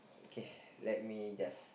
K let me just